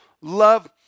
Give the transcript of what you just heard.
love